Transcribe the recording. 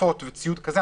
כפפות וציוד כזה,